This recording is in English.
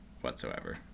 whatsoever